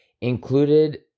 Included